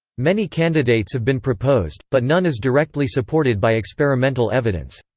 many candidates have been proposed, but none is directly supported by experimental evidence.